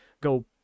go